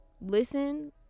listen